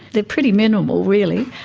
they're pretty minimal really.